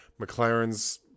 McLaren's